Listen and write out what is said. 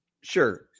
Sure